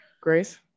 Grace